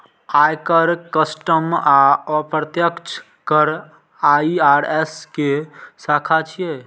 आयकर, कस्टम आ अप्रत्यक्ष कर आई.आर.एस के शाखा छियै